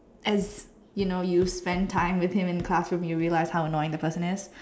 as you know you spend time with him in classroom you realise how annoying the person is